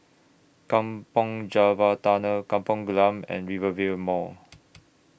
Kampong Java Tunnel Kampung Glam and Rivervale Mall